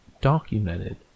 documented